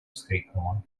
вскрикнула